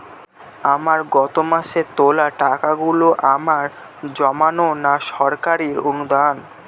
গত মাসের তোলা টাকাগুলো আমার জমানো না সরকারি অনুদান?